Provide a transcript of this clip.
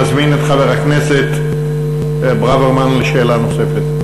אני מזמין את חבר הכנסת ברוורמן לשאלה נוספת.